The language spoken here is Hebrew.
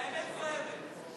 האמת כואבת.